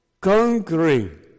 conquering